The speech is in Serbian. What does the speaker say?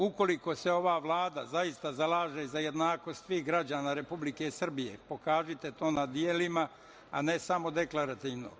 Ukoliko se ova Vlada zaista zalaže za jednakost svih građana Republike Srbije, pokažite to na delima, a ne samo deklarativno.